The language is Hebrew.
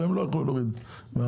הם לא יוכלו להוריד מהמדף,